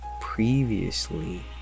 previously